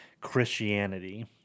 Christianity